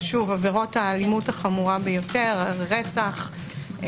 עבירות האלימות החמורה ביותר, רצח,